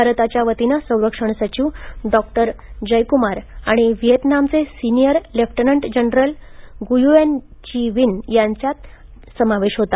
भारतच्या वतीनं संरक्षण सचिव डॉक्टर जय कुमार आणि व्हिएतनामचे senior lieutenant general Nguyen Chi Vinh यांचा यात समावेश होता